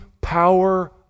power